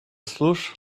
slush